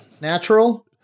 natural